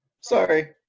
sorry